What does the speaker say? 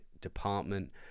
department